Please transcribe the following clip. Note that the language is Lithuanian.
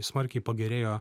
smarkiai pagerėjo